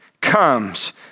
comes